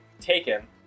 taken